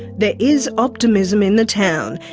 there is optimism in the town.